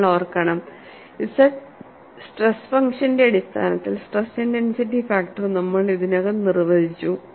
നിങ്ങൾ ഓർക്കണംZ സ്ട്രെസ് ഫംഗ്ഷന്റെ അടിസ്ഥാനത്തിൽ സ്ട്രെസ് ഇന്റെൻസിറ്റി ഫാക്ടർ നമ്മൾ ഇതിനകം നിർവചിച്ചു